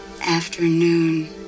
Afternoon